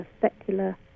secular